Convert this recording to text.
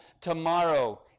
tomorrow